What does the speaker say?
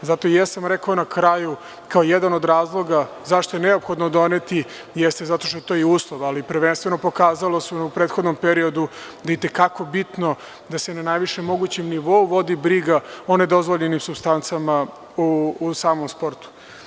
Zato sam rekao na kraju, kao jedan od razloga zašto je neophodno doneti, jeste zato što je i to jedan uslov, ali prvenstveno pokazalo se u prethodnom periodu da je i te kako bitno da se na najvišem mogućem nivou vodi briga o nedozvoljenim supstancama u samom sportu.